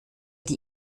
die